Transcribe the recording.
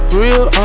real